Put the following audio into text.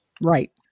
Right